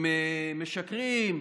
הם משקרים,